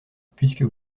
puisque